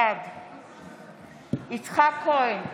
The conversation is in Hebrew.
בעד יצחק כהן,